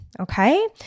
okay